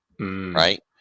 Right